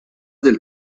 del